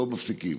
שמפסיקים.